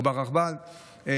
ויש את הרכבל בחיפה.